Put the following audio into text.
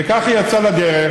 וכך היא יצאה לדרך,